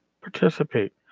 participate